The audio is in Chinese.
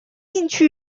进去